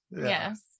Yes